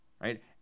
right